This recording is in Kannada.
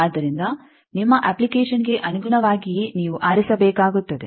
ಆದ್ದರಿಂದ ನಿಮ್ಮ ಅಪ್ಲಿಕೇಷನ್ಗೆ ಅನುಗುಣವಾಗಿಯೇ ನೀವು ಆರಿಸಬೇಕಾಗುತ್ತದೆ